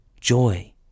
joy